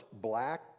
black